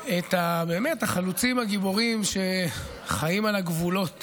את החלוצים הגיבורים שחיים על הגבולות